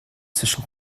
zwischen